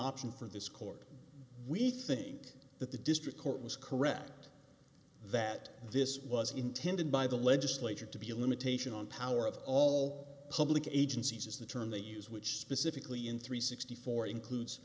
option for this court we think that the district court was correct that this was intended by the legislature to be a limitation on power of all public agencies is the term they use which specifically in three sixty four includes